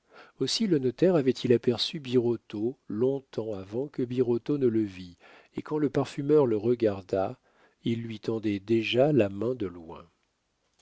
aussi le notaire avait-il aperçu birotteau long-temps avant que birotteau ne le vît et quand le parfumeur le regarda il lui tendait déjà la main de loin